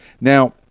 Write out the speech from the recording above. now